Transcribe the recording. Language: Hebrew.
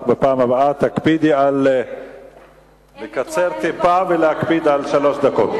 רק בפעם הבאה תקפידי לקצר טיפה ועל שלוש דקות.